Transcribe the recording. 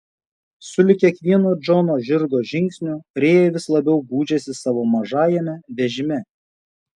sulig kiekvienu džono žirgo žingsniu rėja vis labiau gūžėsi savo mažajame vežime